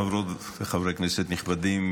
חברות וחברי כנסת נכבדים,